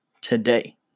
today